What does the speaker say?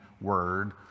word